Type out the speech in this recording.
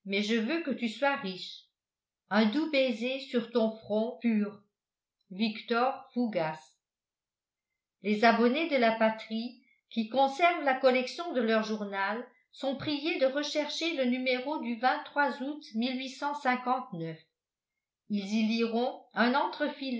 je veux que tu sois riche un doux baiser sur ton front pur v fougas les abonnés de la patrie qui conservent la collection de leur journal sont priés de rechercher le numéro du août ils y liront un